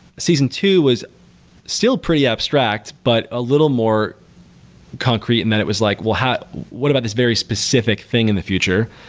season two was still pretty abstract, but a little more concrete and then it was like, well, what about this very specific thing in the future?